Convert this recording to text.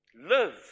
live